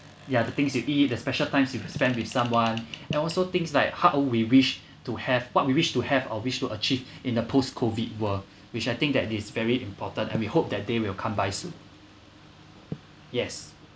yeah the things you eat the special times you spend with someone then also things like how we wish to have what we wish to have or wish to achieve in the post COVID world which I think that is very important and we hope that day will come by soon yes